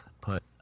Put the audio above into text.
put